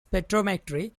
spectrometry